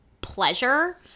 pleasure